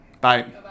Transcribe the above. Bye